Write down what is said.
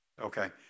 Okay